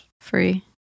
free